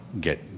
get